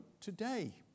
today